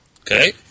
Okay